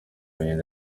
nyina